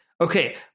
okay